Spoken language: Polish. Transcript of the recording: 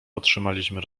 otrzymaliśmy